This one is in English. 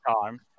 time